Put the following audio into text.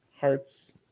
hearts